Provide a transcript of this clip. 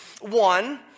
One